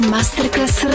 Masterclass